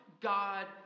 God